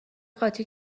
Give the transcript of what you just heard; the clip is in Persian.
قاطی